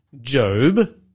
Job